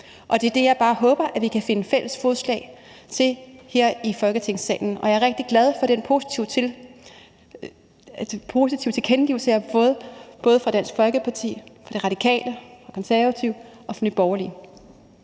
Og det er det, jeg bare håber at vi kan finde fælles fodslag om her i Folketingssalen. Jeg er rigtig glad for de positive tilkendegivelser, jeg har fået fra både Dansk Folkeparti, De Radikale, De Konservative og Nye Borgerlige.